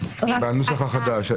בנוסח החדש?